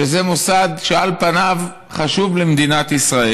שזה מוסד שעל פניו חשוב למדינת ישראל,